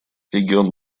регион